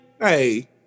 Hey